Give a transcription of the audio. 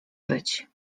być